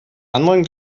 anderen